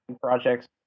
projects